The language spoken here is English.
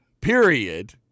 period